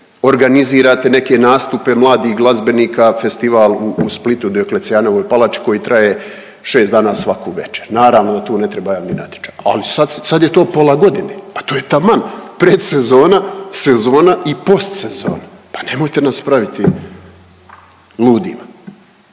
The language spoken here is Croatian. organizirate neke nastupe mladih glazbenika, festival u Splitu, Dioklecijanovoj palači koji traje 6 dana svaku večer. Naravno da tu ne treba javni natječaj, ali sad je to pola godine. Pa to je taman predsezona, sezona i post sezona. Pa nemojte nas praviti ludima.